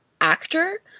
actor